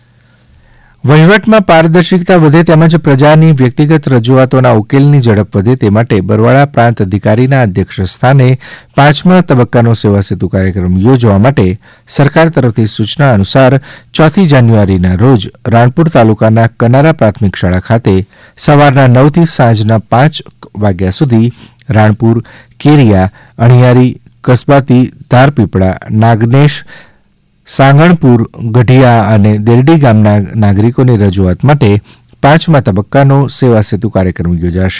પારદર્શિતા વહીવટમાં પારદર્શિતા વધે તેમજ પ્રજાની વ્યક્તિગત રજુઆતોના ઉકેલની ઝડપ વધે તે માટે બરવાળા પ્રાંત અધિકારીના અધ્યક્ષસ્થાને પાંચમાં તબક્કાનો સેવા સેતુ કાર્યક્રમ ચોજવા માટે સરકાર તરફથી સુચના અનુસાર ચોથી જાન્યુઆરીના રોજ રાણપુર તાલુકાના કનારા પ્રાથમિક શાળા ખાતેસવારના નવ થી સાંજના પાંચ કલાક સુધી રાણપુર કેરીયા અણીયાળીકસ્બાતીધારપીપળા નાગનેશ સાંગણપુર ગઢીયા અને દેરડી ગામના નાગરિકોની રજુઆત માટે પાંચમાં તબક્કાનો સેવા સેતુ કાર્યક્રમ યોજાશે